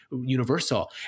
universal